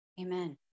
Amen